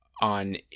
on